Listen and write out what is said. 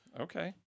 Okay